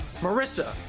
Marissa